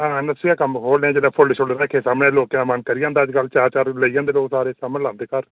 आं नर्सरी दा कम्म खोल्लनै आं जेल्लै फुल्ल रक्खे सामनै ते लोकें दा मन करी जाना ते चार चार लेई जंदे लोग ते सामनै लांदे घर